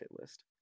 list